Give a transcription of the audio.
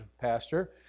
Pastor